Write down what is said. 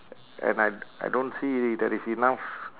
a~ and I I don't see there is enough